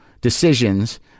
decisions